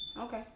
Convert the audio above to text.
Okay